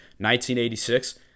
1986